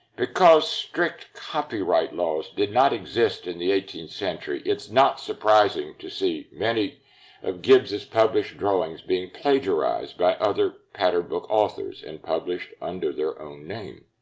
because strict copyright laws did not exist in the eighteenth century, it's not surprising to see many of gibbs's published drawings being plagiarized by other pattern book authors and published under their own name.